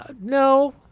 no